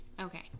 Okay